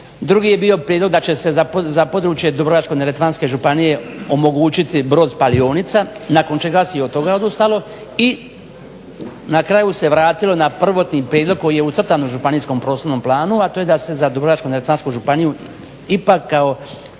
Drugi je bio prijedlog da će se za područje Dubrovačko-neretvanske županije omogućiti brod spalionica nakon četa se i od toga odustalo i na kraju se vratilo na prvotni prijedlog koji je ucrtan u županijskom prostornom planu, a to je da se za Dubrovačko-neretvansku županiju ipak kao